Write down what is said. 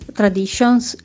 traditions